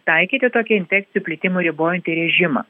taikyti tokį infekcijų plitimų ribojantį režimą